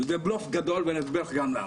זה בלוף גדול ואני אגיד לך גם למה.